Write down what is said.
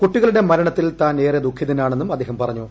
കൂട്ടികളുടെ മരണത്തിൽ താൻ ഏറെ ദുഖിതനാണെന്നും അദ്ദേഹം പറഞ്ഞു